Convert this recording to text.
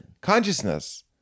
consciousness